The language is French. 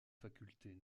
facultés